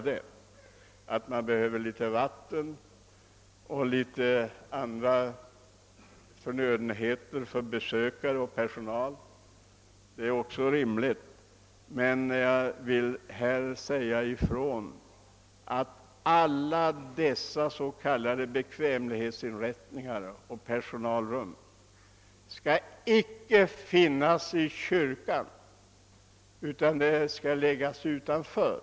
Att det kan behövas vatten och en del annat för besökare och personal förstår jag också, men alla dessa s.k. bekvämlighetsinrättningar och personalrum skall inte finnas i kyrkan utan läggas utanför.